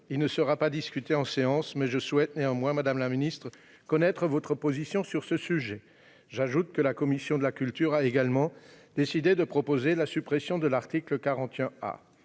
il ne sera pas discuté en séance ; je souhaite néanmoins, madame la ministre, connaître votre position sur ce sujet. J'ajoute que la commission de la culture a également décidé de proposer la suppression de l'article 41